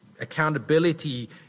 accountability